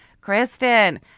Kristen